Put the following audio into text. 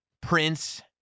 Prince